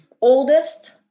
oldest